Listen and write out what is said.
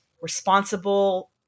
Responsible